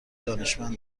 دانشمند